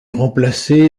remplacé